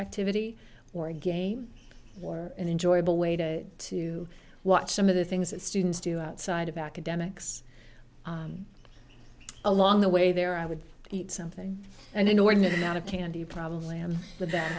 activity or a game or an enjoyable way to to watch some of the things that students do outside of academics along the way there i would eat something and inordinate amount of candy probably i'm the bad